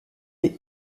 des